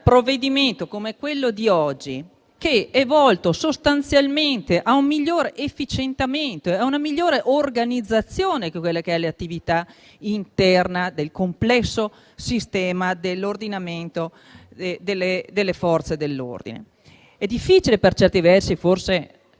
provvedimento, quello di oggi, che è volto sostanzialmente a un migliore efficientamento e a una migliore organizzazione dell'attività interna del complesso sistema dell'ordinamento delle Forze dell'ordine. È difficile, per certi versi, su